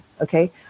Okay